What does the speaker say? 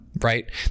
right